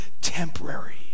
temporary